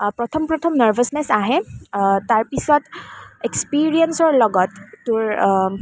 প্ৰথম প্ৰথম নাৰ্ভাচনেছ আহে তাৰপিছত এক্সপেৰিয়েন্সৰ লগত তোৰ